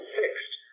fixed